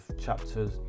chapters